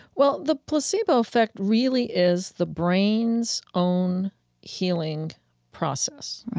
well, the placebo effect really is the brain's own healing process,